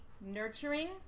nurturing